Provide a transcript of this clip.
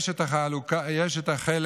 יש את החלק